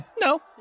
No